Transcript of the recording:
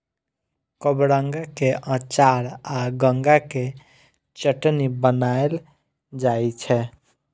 कबरंगा के अचार आ गंगा के चटनी बनाएल जाइ छै